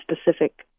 specific